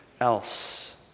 else